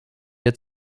der